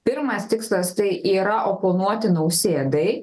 pirmas tikslas tai yra oponuoti nausėdai